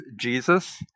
Jesus